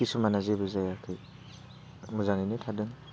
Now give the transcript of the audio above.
खिसुमाना जेबो जायाखै मोजाङैनो थादों